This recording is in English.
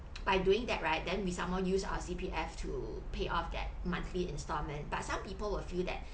by doing that right then with some more use our C_P_F to pay off that monthly installment but some people will feel that